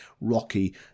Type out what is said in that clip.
Rocky